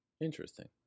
Interesting